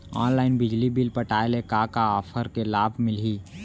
Online बिजली bill पटाय ले का का ऑफ़र के लाभ मिलही?